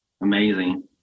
amazing